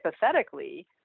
hypothetically